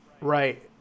Right